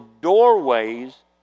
doorways